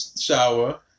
shower